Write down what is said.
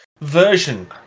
version